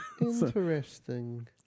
Interesting